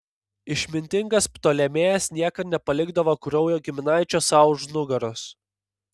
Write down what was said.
išmintingas ptolemėjas niekad nepalikdavo kraujo giminaičio sau už nugaros